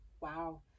Wow